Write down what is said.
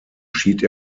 schied